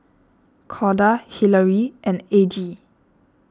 Corda Hilary and Aggie